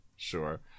Sure